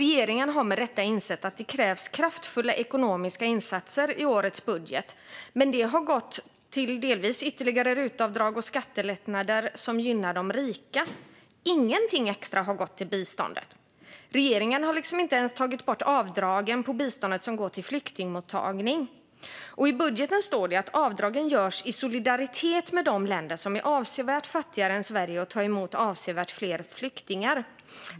Regeringen har med rätta insett att det i årets budget krävs kraftfulla ekonomiska insatser, men de har delvis gått till ytterligare rutavdrag och skattelättnader som gynnar de rika. Ingenting extra har gått till biståndet. Regeringen har inte ens tagit bort avdragen på biståndet som går till flyktingmottagning. I budgeten står det att avdragen görs i solidaritet med de länder som är avsevärt fattigare än Sverige och tar emot avsevärt fler flyktingar.